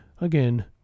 again